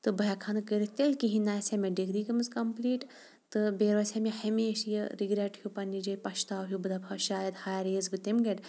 تہٕ بہٕ ہٮ۪کہٕ ہا نہٕ کٔرِتھ تیٚلہِ کِہیٖنۍ نہ آسہِ ہا مےٚ ڈِگری کٔرمٕژ کَمپٔلیٖٹ تہٕ بیٚیہِ روزِ ہا مےٚ ہمیشہِ یہِ رِگرٛیٹ ہیوٗ پنٛنہِ جاے پَشتاو ہیوٗ بہٕ دَپہٕ ہا شاید ہارییَس بہٕ تَمہِ گرۍ